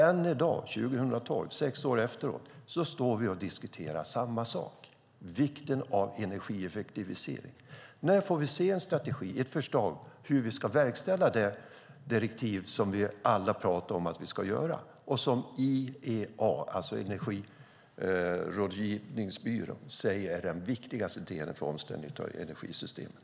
Än i dag, 2012, sex år efteråt, står vi och diskuterar samma sak. Det handlar om vikten av energieffektivisering. När får vi se en strategi och ett förslag på hur vi ska verkställa det direktiv som vi alla talar om att vi ska göra och som IEA, energirådgivningsbyrån, säger är den viktigaste delen för omställning av energisystemet?